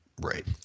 right